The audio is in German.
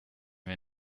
mir